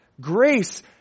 Grace